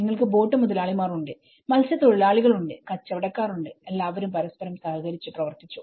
നിങ്ങൾക്ക് ബോട്ട് മുതലാളിമാർ ഉണ്ട് മത്സ്യതോഴിലാളികൾ ഉണ്ട് കച്ചവടക്കാർ ഉണ്ട് എല്ലാരും പരസ്പരം സഹകരിച്ചു പ്രവർത്തിച്ചു